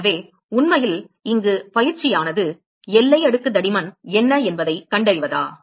எனவே உண்மையில் இங்கு பயிற்சியானது எல்லை அடுக்கு தடிமன் என்ன என்பதைக் கண்டறிவதா